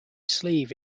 sleeve